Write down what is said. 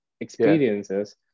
experiences